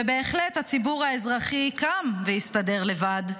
ובהחלט, הציבור האזרחי קם והסתדר לבד.